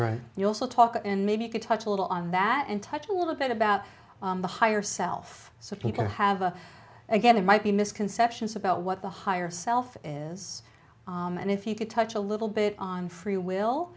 write you also talk and maybe you could touch a little on that and touch a little bit about the higher self so people have a again it might be misconceptions about what the higher self is and if you could touch a little bit on free will